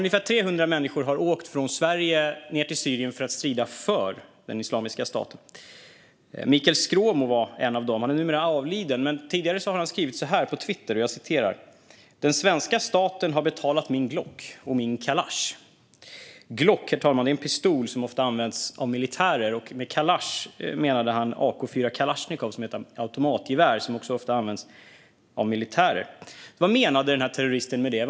Ungefär 300 människor har åkt från Sverige ned till Syrien för att strida för Islamiska staten, och Mikael Skråmo var en av dem. Han är numera avliden, men tidigare har han skrivit på Twitter: "Svenska staten betalade min glock och kallash". Glock, herr talman, är en pistol som ofta används av militärer, och med "kallash" menade han AK4 kalasjnikov, som är ett automatgevär som också ofta används av militärer. Vad menade denna terrorist med detta?